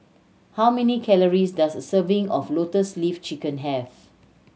how many calories does a serving of Lotus Leaf Chicken have